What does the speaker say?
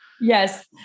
Yes